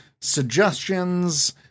suggestions